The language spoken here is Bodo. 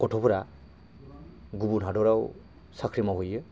गथ'फोरा गुबुन हादराव साख्रि मावहैयो